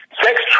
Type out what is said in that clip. Sex